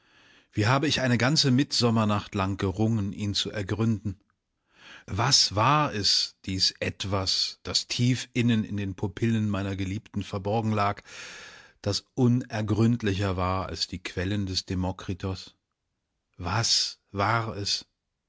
wie habe ich eine ganze mittsommernacht lang gerungen ihn zu ergründen was war es dies etwas das tief innen in den pupillen meiner geliebten verborgen lag das unergründlicher war als die quelle des demokritos was war es